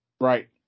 Right